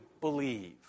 believe